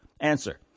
Answer